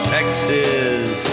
Texas